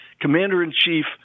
Commander-in-Chief